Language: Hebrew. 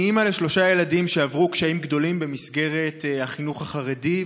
אני אימא לשלושה ילדים שעברו קשיים גדולים במסגרת החינוך החרדי,